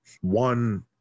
one